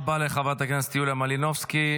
תודה רבה לחברת הכנסת יוליה מלינובסקי.